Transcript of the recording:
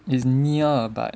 it's near but